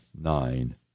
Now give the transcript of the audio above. nine